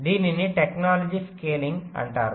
దీనిని technology scaling అంటారు